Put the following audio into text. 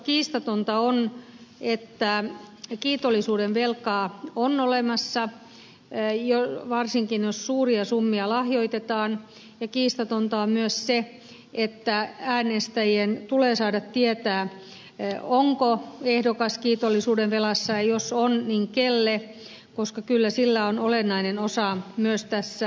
kiistatonta on että kiitollisuudenvelkaa on olemassa varsinkin jos suuria summia lahjoitetaan ja kiistatonta on myös se että äänestäjien tulee saada tietää onko ehdokas kiitollisuudenvelassa ja jos on niin kelle koska kyllä sillä on olennainen osa myös tässä äänestyspäätöksessä